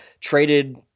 traded